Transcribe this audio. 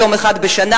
יום אחד בשנה,